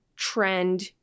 trend